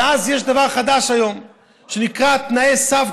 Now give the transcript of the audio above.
ואז כבר יש דבר חדש היום כתנאי סף,